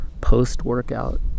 post-workout